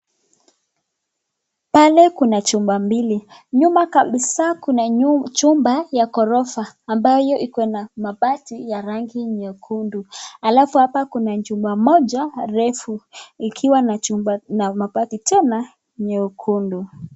Pale kuna chumba mbili nyuma kabisa kuna chumba ya gorofa ambayo iko na mabati nyekundu alafu hapa kuna chumba moja refu ikiwa na mabati tena nyekundu.